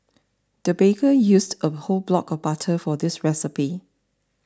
the baker used a whole block of butter for this recipe